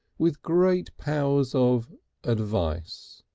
with great powers of advice.